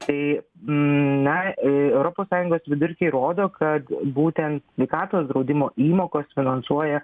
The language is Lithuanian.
tai na europos sąjungos vidurkiai rodo kad būtent sveikatos draudimo įmokos finansuoja